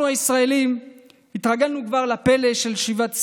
אנחנו הישראלים התרגלנו כבר לפלא של שיבת ציון.